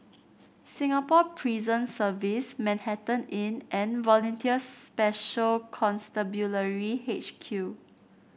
Singapore Prison Service Manhattan Inn and Volunteer Special Constabulary H Q